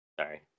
Sorry